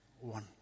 one